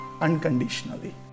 unconditionally